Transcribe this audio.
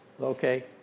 okay